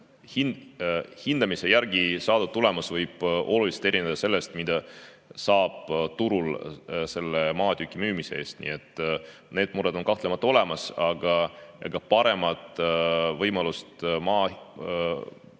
hindamise järgi saadud tulemus võib oluliselt erineda sellest, mida saab turul selle maatüki müümise eest. Nii et need mured on kahtlemata olemas, aga ega paremat võimalust maa